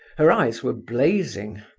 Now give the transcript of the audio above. her eyes were blazing,